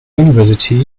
university